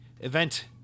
event